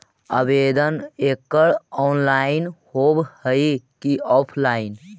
आवेदन एकड़ ऑनलाइन होव हइ की ऑफलाइन?